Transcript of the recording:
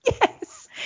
Yes